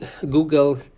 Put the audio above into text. Google